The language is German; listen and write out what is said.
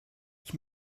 ich